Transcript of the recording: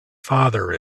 father